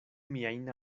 miajn